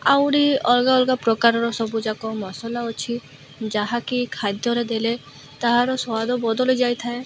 ଆହୁରି ଅଲଗା ଅଲଗା ପ୍ରକାରର ସବୁଯାକ ମସଲା ଅଛି ଯାହାକି ଖାଦ୍ୟରେ ଦେଲେ ତାହାର ସ୍ବାଦ ବଦଳି ଯାଇଥାଏ